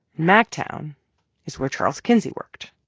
mactown is where charles kinsey worked.